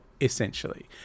Essentially